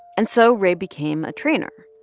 and so ray became a trainer.